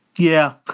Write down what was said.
yeah,